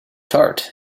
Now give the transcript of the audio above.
tart